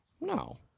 No